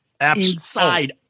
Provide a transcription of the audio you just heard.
inside